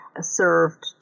served